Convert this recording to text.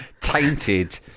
tainted